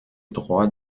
droit